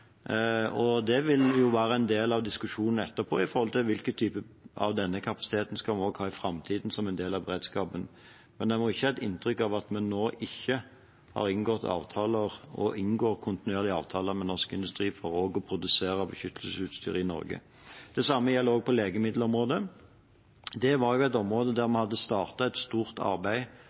Det vil være en del av diskusjonen etterpå med tanke på hvilken type av denne kapasiteten vi også skal ha i framtiden som en del av beredskapen. Det må ikke feste seg et inntrykk av at vi nå ikke har inngått avtaler og kontinuerlig inngår avtaler med Norsk Industri for også å produsere beskyttelsesutstyr i Norge. Det samme gjelder på legemiddelområdet. Det var et område der vi allerede hadde startet et stort arbeid